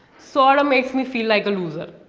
sorta makes me feel like a loser.